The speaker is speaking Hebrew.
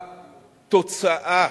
בתוצאה,